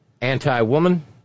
Anti-woman